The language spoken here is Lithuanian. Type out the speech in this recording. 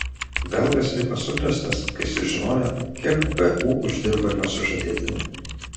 belgas liko sukrėstas kai sužinojo kiek vu uždirba jo sužadėtinė